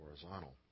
horizontal